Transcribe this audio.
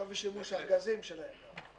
שיווי שימוש ארגזים שלהם גם.